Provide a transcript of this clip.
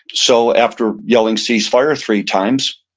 so after yelling cease fire three times,